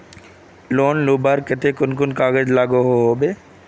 Loan लुबार केते कुन कुन कागज लागोहो होबे?